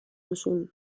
duzun